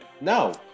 no